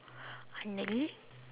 unlikely